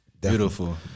Beautiful